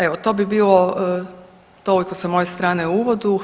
Evo to bi bilo toliko sa moje strane u uvodu.